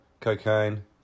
cocaine